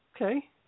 Okay